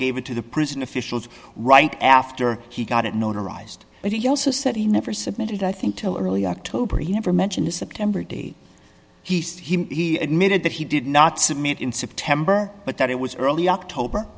gave it to the prison officials right after he got it notarized but he also said he never submitted i think till early october he never mentioned the september day he said he admitted that he did not submit in september but that it was early october